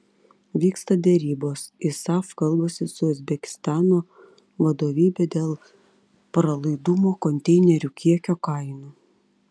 vyksta derybos isaf kalbasi su uzbekistano vadovybe dėl pralaidumo konteinerių kiekio kainų